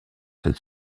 cette